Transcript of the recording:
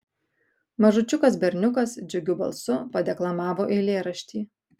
mažučiukas berniukas džiugiu balsu padeklamavo eilėraštį